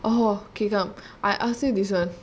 oh K come I ask you this [one]